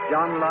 John